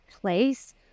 place